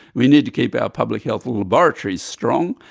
we need to keep our public health laboratories strong,